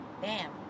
Bam